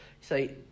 say